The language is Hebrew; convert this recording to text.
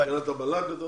אתה מדבר על המל"ג?